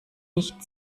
nicht